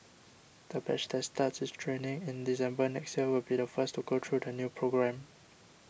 the batch that starts its training in December next year will be the first to go through the new programme